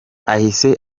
ahise